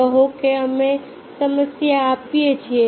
કહો કે અમે સમસ્યા આપીએ છીએ